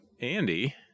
Andy